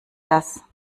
das